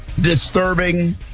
disturbing